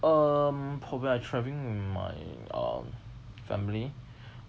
um probably I traveling with my um family